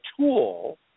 tool –